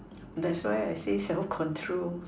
that's why I say self control